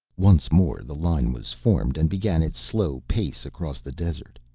once more the line was formed and began its slow pace across the desert.